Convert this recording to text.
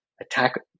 attack